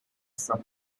from